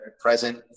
present